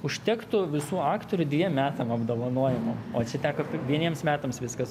užtektų visų aktorių dviem metam apdovanojimų o čia teko vieniems metams viskas